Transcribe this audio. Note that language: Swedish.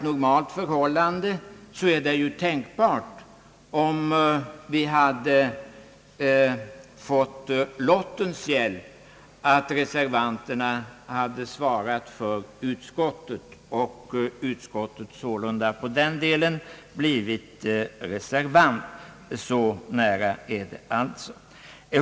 Om normala förhållanden varit rådande är det ju tänkbart att med lottens hjälp de som nu är reservanter hade svarat för utskottet och utskottsmajoriteten sålunda blivit reservanter.